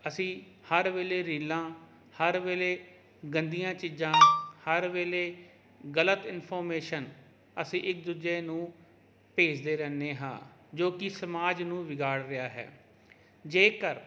ਅਸੀਂ ਹਰ ਵੇਲੇ ਰੀਲਾਂ ਹਰ ਵੇਲੇ ਗੰਦੀਆਂ ਚੀਜ਼ਾਂ ਹਰ ਵੇਲੇ ਗਲਤ ਇਨਫੋਰਮੇਸ਼ਨ ਅਸੀਂ ਇੱਕ ਦੂਜੇ ਨੂੰ ਭੇਜਦੇ ਰਹਿੰਦੇ ਹਾਂ ਜੋ ਕਿ ਸਮਾਜ ਨੂੰ ਵਿਗਾੜ ਰਿਹਾ ਹੈ ਜੇਕਰ